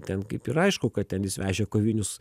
ten kaip ir aišku kad ten jis vežė kovinius